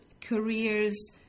careers